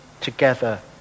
together